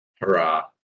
Hurrah